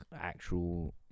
actual